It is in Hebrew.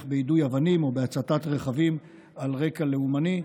ביידוי אבנים או בהצתת רכבים על רקע לאומני,